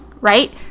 right